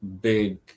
big